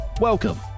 Welcome